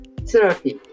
therapy